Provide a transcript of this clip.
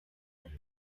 that